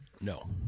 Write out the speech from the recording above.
No